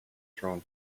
thrown